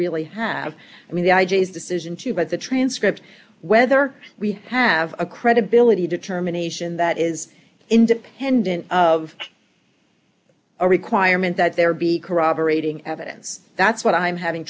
really have i mean the i g is decision to buy the transcript whether we have a credibility determination that is independent of a requirement that there be corroborating evidence that's what i'm having